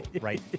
right